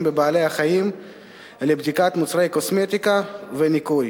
בבעלי-החיים לבדיקת מוצרי קוסמטיקה וניקוי.